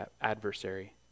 adversary